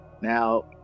Now